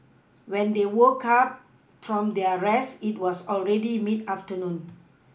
when they woke up from their rest it was already mid afternoon